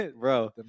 bro